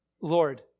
Lord